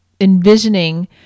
envisioning